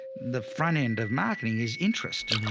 the front end of marketing is interest.